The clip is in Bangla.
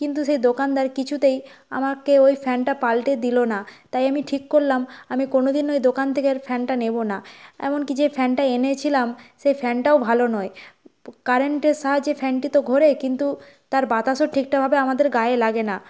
কিন্তু সেই দোকানদার কিছুতেই আমাকে ওই ফ্যানটা পাল্টে দিল না তাই আমি ঠিক করলাম আমি কোনওদিন ওই দোকান থেকে আর ফ্যানটা নেবো না এমনকি যে ফ্যনটা এনেছিলাম সেই ফ্যানটাও ভালো নয় কারেন্টের সাহায্যে ফ্যানটি তো ঘোরে কিন্তু তার বাতাসও ঠিকঠাকভাবে আমাদের গায়ে লাগে না